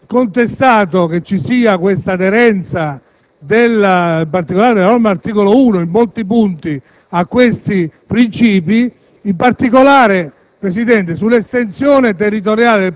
Ora, noi abbiamo contestato che ci sia questa aderenza della norma all'articolo 1, in molti punti, a questi princìpi, in particolare,